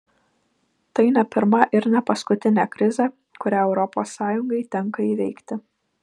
tai ne pirma ir ne paskutinė krizė kurią europos sąjungai tenka įveikti